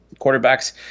quarterbacks